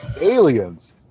Aliens